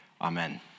amen